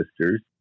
sisters